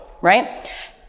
right